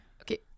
Okay